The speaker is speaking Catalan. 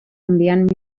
enviant